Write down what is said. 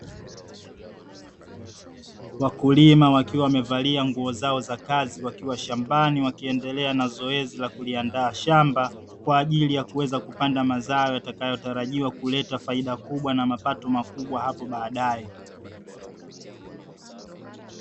Wakulima wakiwa wamevalia nguo zao za kazi wakiwa shambani wakiendelea na zoezi la kuliandaa shamba kwa ajili ya kuweza kupanda mazao yatakayotarajiwa kuleta faida kubwa na mapato makubwa hapo baadae.